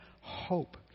hope